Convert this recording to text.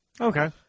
okay